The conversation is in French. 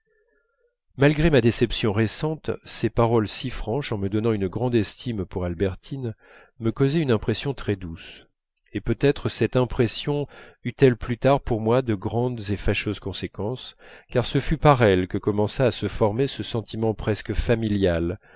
malgré ma déception récente ces paroles si franches en me donnant une grande estime pour albertine me causaient une impression très douce et peut-être cette impression eut-elle plus tard pour moi de grandes et fâcheuses conséquences car ce fut par elle que commença à se former ce sentiment presque familial